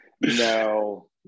No